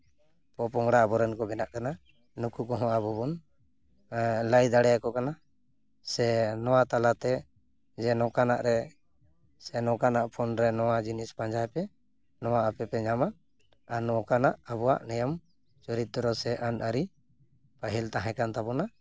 ᱯᱚᱼᱯᱚᱝᱲᱟ ᱟᱵᱚᱨᱮᱱ ᱠᱚ ᱵᱮᱱᱟᱜ ᱠᱟᱱᱟ ᱱᱩᱠ ᱠᱚᱦᱚᱸ ᱟᱵᱚ ᱵᱚᱱ ᱞᱟᱹᱭ ᱫᱟᱲᱮᱭᱟᱠᱚ ᱠᱟᱱᱟ ᱥᱮ ᱱᱚᱣᱟ ᱛᱟᱞᱟ ᱛᱮ ᱡᱮ ᱱᱚᱝᱠᱟᱱᱟᱜ ᱨᱮ ᱥᱮ ᱱᱚᱝᱠᱟᱱᱟᱜ ᱯᱷᱳᱱ ᱨᱮ ᱱᱚᱣᱟ ᱡᱤᱱᱤᱥ ᱯᱟᱸᱡᱟᱭ ᱯᱮ ᱱᱚᱣᱟ ᱟᱯᱮ ᱯᱮ ᱧᱟᱢᱟ ᱟᱨ ᱱᱚᱝᱠᱟᱱᱟᱜ ᱟᱵᱚᱣᱟᱜ ᱱᱤᱭᱚᱢ ᱪᱚᱨᱤᱛᱨᱚ ᱥᱮ ᱟᱹᱱᱼᱟᱹᱨᱤ ᱯᱟᱹᱦᱤᱞ ᱛᱟᱦᱮᱠᱟᱱ ᱛᱟᱵᱚᱱᱟ